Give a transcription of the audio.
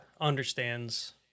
understands